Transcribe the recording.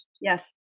Yes